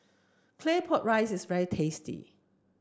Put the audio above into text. Claypot Rice is very tasty